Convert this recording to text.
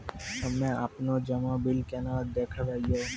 हम्मे आपनौ जमा बिल केना देखबैओ?